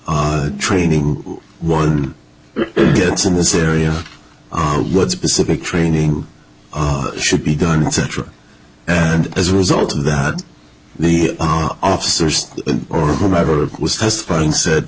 training one gets in this area on what specific training should be done etc and as a result of that the officers or whomever was testifying said